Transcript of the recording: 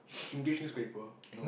English newspaper no